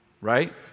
right